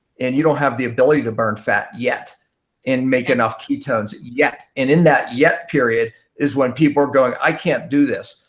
and you don't have the ability to burn fat yet and make enough ketones yet. in that yet period is when people are going i can't do this.